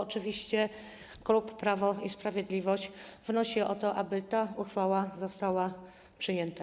Oczywiście klub Prawo i Sprawiedliwość wnosi o to, aby ta uchwała została przyjęta.